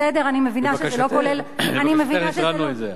בסדר, אני מבינה שזה לא כולל, לבקשתך, את זה.